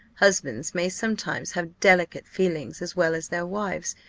husbands may sometimes have delicate feelings as well as their wives,